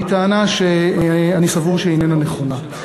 היא טענה שאני סבור שהיא איננה נכונה.